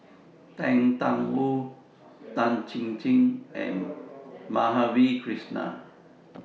Tang DA Wu Tan Chin Chin and Madhavi Krishnan